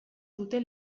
dute